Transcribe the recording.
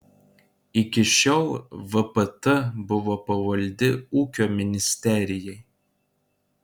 iki šiol vpt buvo pavaldi ūkio ministerijai